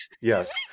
Yes